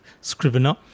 Scrivener